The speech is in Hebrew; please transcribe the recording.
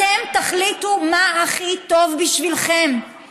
אתם תחליטו מה הכי טוב בשבילכם,